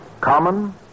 Common